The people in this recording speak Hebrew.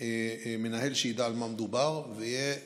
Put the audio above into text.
מנהל שידע על מה מדובר ויהיה,